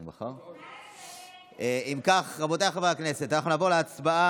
אם כך, רבותיי חברי הכנסת, אנחנו נעבור להצבעה.